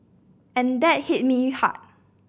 and that hit me hard